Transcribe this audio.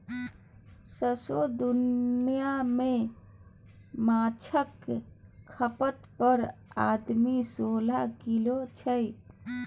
सौंसे दुनियाँ मे माछक खपत पर आदमी सोलह किलो छै